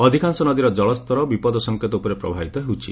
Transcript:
ଅଧିକାଂଶ ନଦୀର ଜଳସ୍ତର ବିପଦ ସଂକେତ ଉପରେ ପ୍ରବାହିତ ହେଉଛି